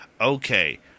okay